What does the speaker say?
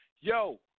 Yo